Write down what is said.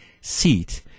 seat